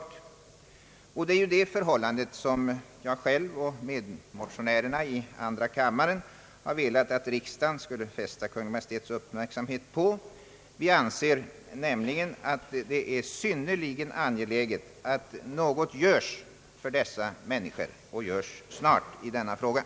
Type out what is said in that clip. Detta förhållande har jag och mina medmotionärer i andra kammaren velat att riksdagen skall fästa Kungl Maj:ts uppmärksamhet på. Vi anser det nämligen synnerligen angeläget att något göres för dessa människor och att det göres snart.